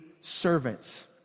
servants